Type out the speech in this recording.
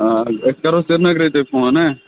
أسۍ کَرو سرینگرے تُہۍ فون نا